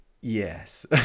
Yes